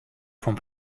from